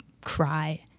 cry